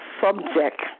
subject